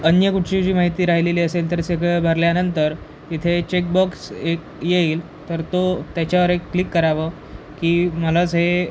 अन्य कुठची जी माहिती राहिलेली असेल तर सगळं भरल्यानंतर इथे चेकबॉक्स एक येईल तर तो त्याच्यावर एक क्लिक करावं की मलाच हे